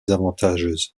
avantageuse